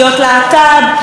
ובמספרים גדולים,